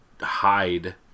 hide